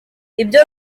ibyo